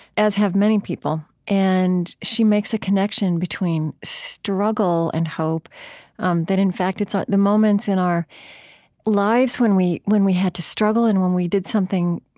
as have many people. and she makes a connection between struggle and hope um that in fact it's ah the moments in our lives when we when we had to struggle and when we did something,